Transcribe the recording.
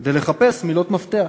כדי לחפש מילות מפתח.